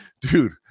dude